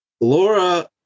Laura